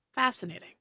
Fascinating